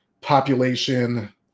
population